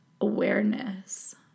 awareness